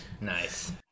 Nice